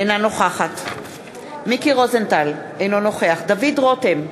אינה נוכחת מיקי רוזנטל, אינו נוכח דוד רותם,